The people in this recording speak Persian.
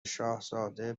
شاهزاده